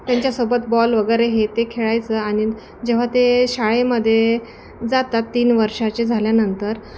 त्यांच्यासोबत बॉल वगैरे हे ते खेळायचं आणि जेव्हा ते शाळेमध्ये जातात तीन वर्षाचे झाल्यानंतर